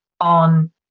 on